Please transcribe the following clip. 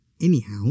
Anyhow